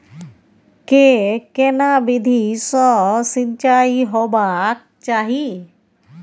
के केना विधी सॅ सिंचाई होबाक चाही?